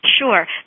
Sure